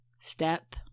step